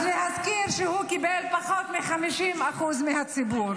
אז להזכיר שהוא קיבל פחות מ-50% מהציבור.